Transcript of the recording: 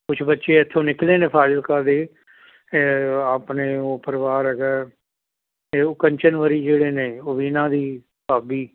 ਕੁਛ ਬੱਚੇ ਇੱਥੋ ਨਿਕਲੇ ਨੇ ਫ਼ਾਜ਼ਿਲਕਾ ਦੇ ਆਪਣੇ ਉਹ ਪਰਿਵਾਰ ਹੈਗਾ ਅਤੇ ਉਹ ਕੰਚਨਵਰੀ ਜਿਹੜੇ ਨੇ ਉਹ ਵੀ ਇਹਨਾਂ ਦੀ ਭਾਬੀ